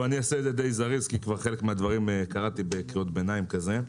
אני אעשה את זה די זריז כי חלק מהדברים כבר קראתי בקריאות ביניים כזה.